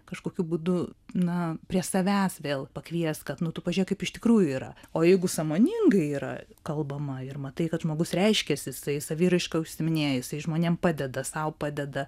kažkokiu būdu na prie savęs vėl pakviest kad nu pažiūrėk kaip iš tikrųjų yra o jeigu sąmoningai yra kalbama ir matai kad žmogus reiškiasi jisai saviraiška užsiiminėja jisai žmonėm padeda sau padeda